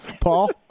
Paul